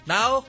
Now